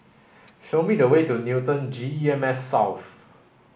show me the way to Newton G E M S South